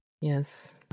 Yes